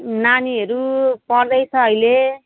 नानीहरू पढ्दैछ अहिले